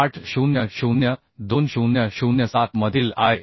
800 2007 मधील आय